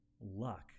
luck